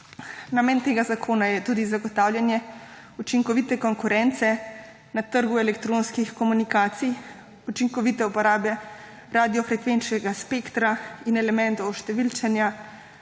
Namen tega zakona je tudi zagotavljanje učinkovite konkurence na trgu elektronskih komunikacij, učinkovite uporabe radiofrekvenčnega spektra in elementov oštevilčenja,